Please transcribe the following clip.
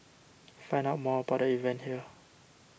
find out more about the event here